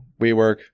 WeWork